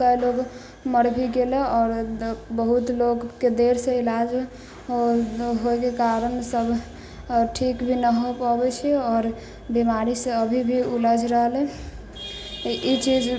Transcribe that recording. कए लोक मर भी गेलै आओर बहुत लोग के देर से इलाज होइके कारण सब ठीक भी ना हो पबै छै आओर बीमारी से अभी भी उलझ रहलै ई चीज